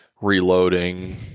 reloading